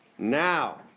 Now